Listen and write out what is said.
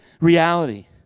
reality